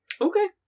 Okay